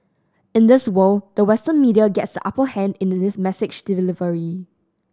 in this world the Western media gets the upper hand in the this message delivery